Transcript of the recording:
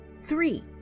Three